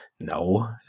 No